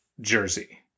jersey